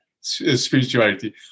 spirituality